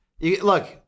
Look